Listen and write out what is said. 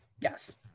Yes